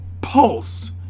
pulse